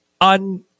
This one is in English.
on